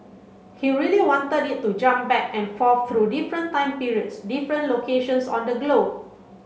he really wanted it to jump back and forth through different time periods different locations on the globe